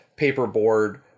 paperboard